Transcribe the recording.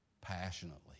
passionately